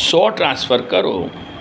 સો transfer કરો